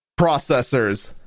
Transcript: processors